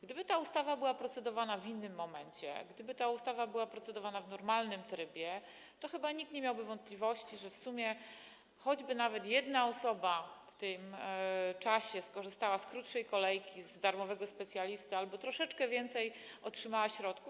Gdyby ta ustawa była procedowana w innym momencie, gdyby ta ustawa była procedowana w normalnym trybie, to chyba nikt nie miałby wątpliwości, choćby nawet w sumie tylko jedna osoba w tym czasie skorzystała z krótszej kolejki, z darmowego specjalisty albo troszeczkę więcej otrzymała środków.